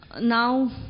now